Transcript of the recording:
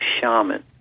shaman